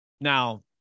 Now